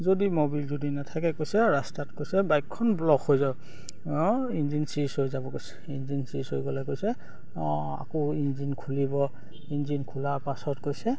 যদি ম'বিল যদি নাথাকে কৈছে ৰাস্তাত কৈছে বাইকখন ব্লক হৈ ইঞ্জিন চিজ হৈ যাব কৈছে ইঞ্জিন চিজ হৈ গ'লে কৈছে অঁ আকৌ ইঞ্জিন খুলিব ইঞ্জিন খোলা পাছত কৈছে